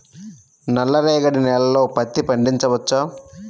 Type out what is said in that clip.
నల్ల రేగడి నేలలో పత్తి పండించవచ్చా?